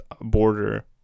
border